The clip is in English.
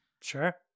Sure